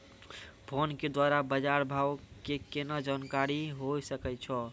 Phone के द्वारा बाज़ार भाव के केना जानकारी होय सकै छौ?